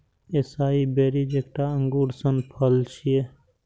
एसाई berries एकटा अंगूर सन फल छियै